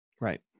Right